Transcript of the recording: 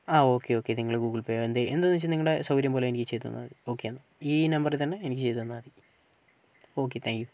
ആ okay okay നിങ്ങൾ Google പേയോ എന്തെ എന്തെന്ന് വച്ചാൽ നിങ്ങളുടെ സൌകര്യം പോലെ എനിക്ക് ചെയ്ത് തന്നാൽ മതി ഓക്കെ എന്നാൽ ഈ നമ്പറിൽത്തന്നെ എനിക്ക് ചെയ്ത് തന്നാൽ മതി ഓക്കെ താങ്ക് യു